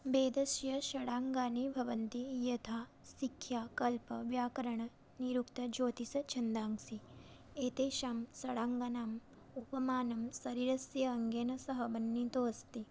वेदस्य षडङ्गानि भवन्ति यथा शिक्षा कल्प व्याकरण निरुक्त ज्योतिष छन्दांसि एतेषां षडङ्गानाम् उपमानं शरीरस्य अङ्गेन सह वर्णितम् अस्ति